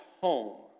home